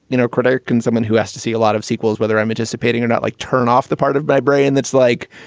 you know, critic and someone who has to see a lot of sequels, whether i'm anticipating or not, like turn off the part of my brain, that's like,